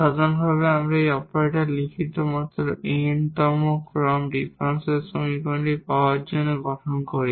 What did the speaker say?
সাধারণভাবে যখন আমরা এই অপারেটরে লিখিত মত এই n তম ক্রম ডিফারেনশিয়াল সমীকরণটি পাওয়ার n গঠন করি